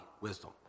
wisdom